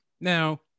Now